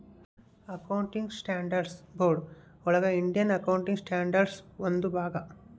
accounting standards board ಒಳಗ Indian accounting standard ಒಂದು ಭಾಗ